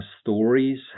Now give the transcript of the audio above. stories